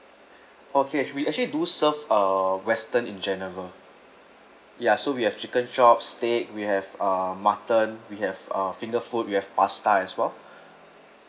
okay we actually do serve uh western in general ya so we have chicken chop steak we have uh mutton we have uh finger food we have pasta as well